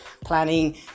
planning